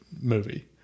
movie